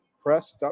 press